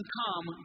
come